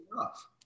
enough